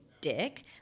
dick